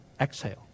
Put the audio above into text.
exhale